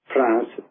France